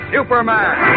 Superman